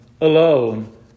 alone